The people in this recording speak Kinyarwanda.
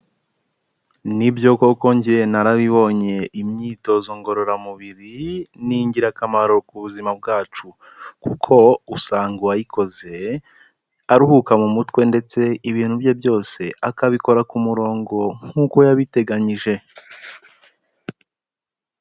Ni byo koko njye nararibonye imyitozo ngororamubiri ni ingirakamaro ku buzima bwacu, kuko usanga uwayikoze aruhuka mu mutwe ndetse ibintu bye byose akabikora ku murongo nkuko yabiteganyije.